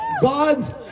God's